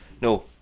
No